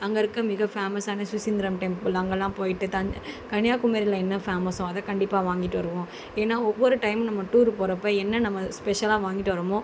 அங்கே இருக்க மிக ஃபேமஸான சுசீந்திரம் டெம்பிள் அங்கெல்லாம் போய்ட்டு தஞ் கன்னியாகுமரியில என்ன ஃபேமஸோ அதை கண்டிப்பாக வாங்கிட்டு வருவோம் ஏன்னா ஒவ்வொரு டைமும் நம்ம டூர் போகிறப்ப என்ன நம்ம ஸ்பெஷலாக வாங்கிட்டு வர்றமோ